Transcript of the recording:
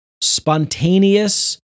spontaneous